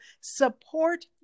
support